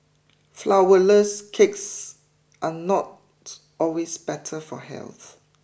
flourless cakes are not always better for health